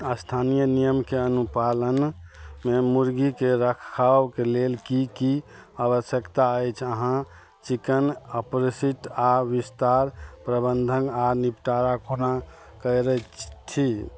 स्थानीय नियमके अनुपालनमे मुर्गीके रखावके लेल की की आवश्यकता अछि अहाँ चिकेन ऑपरेशित आ विस्तार प्रबन्धन आ निपटारा कोना करैत छी